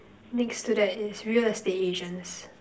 next to that is real estate agents